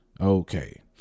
okay